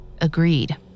agreed